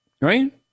right